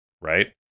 right